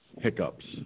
Hiccups